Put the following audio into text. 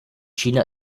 china